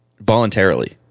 voluntarily